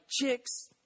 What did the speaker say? chicks